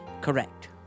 Correct